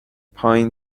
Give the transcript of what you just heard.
پایین